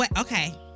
okay